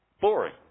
boring